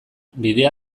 bidea